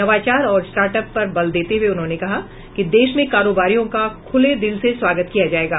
नवाचार और startup पर बल देते हुए उन्होंने कहा कि देश में कारोबारियों का खुले दिल से स्वागत किया जाएगा